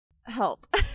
help